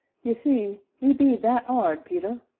ye see e be that ard, peter!